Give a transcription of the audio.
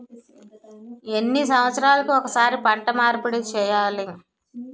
ఎన్ని సంవత్సరాలకి ఒక్కసారి పంట మార్పిడి చేయాలి?